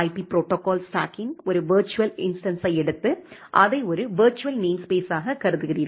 பிTCPIP protocol ஸ்டாக்கின் ஒரு virtual இன்ஸ்டன்ஸை எடுத்து அதை ஒரு விர்ச்சுவல் நேம்ஸ்பேஸாக கருதுகிறீர்கள்